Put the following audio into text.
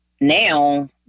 Now